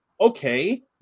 Okay